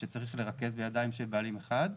שצריך לרכז בידיים של בעלים אחד,